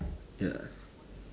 ya